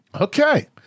Okay